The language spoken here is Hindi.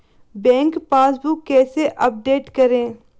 बैंक पासबुक कैसे अपडेट करें?